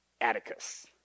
Atticus